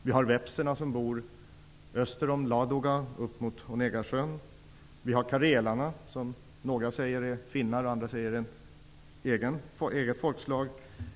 Vi har vepserna, som bor öster om Ladoga och upp mot sjön Onega. Vi har karelerna, som några säger är finnar och andra säger är ett eget folkslag.